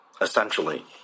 essentially